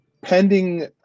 pending